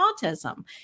autism